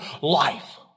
life